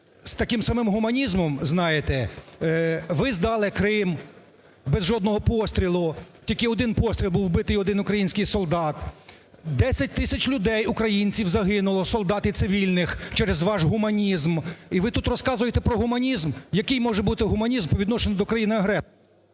з таким самим гуманізмом, знаєте, ви здали Крим без жодного пострілу, тільки один постріл, був вбитий один український солдат. 10 тисяч людей українців загинуло, солдат і цивільних через ваш гуманізм. І ви тут розказуєте про гуманізм? Який може бути гуманізм по відношенню до країни-агресора?